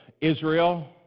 Israel